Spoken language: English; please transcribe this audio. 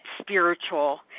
spiritual